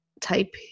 type